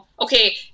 okay